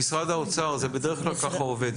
משרד האוצר, זה בדרך כלל ככה עובד.